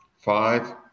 five